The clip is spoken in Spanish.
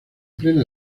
plena